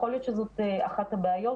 יכול להיות שזאת אחת הבעיות.